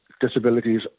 disabilities